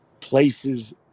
places